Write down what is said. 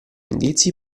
indizi